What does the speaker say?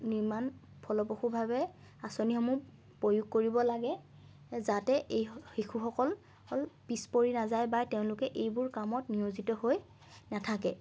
নিৰ্মাণ ফলপ্ৰসূভাৱে আঁচনিসমূহ প্ৰয়োগ কৰিব লাগে যাতে এই শিশুসকল পিছপৰি নাযায় বা তেওঁলোকে এইবোৰ কামত নিয়োজিত হৈ নাথাকে